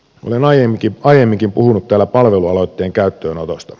olen aiemminkin puhunut täällä palvelualoitteen käyttöönotosta